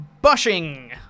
Bushing